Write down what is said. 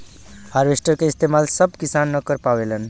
harvester क इस्तेमाल सब किसान न कर पावेलन